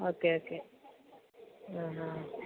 okay okay ആ ഹാ